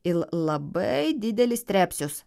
ir labai didelis trepsius